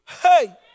Hey